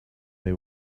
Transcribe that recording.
they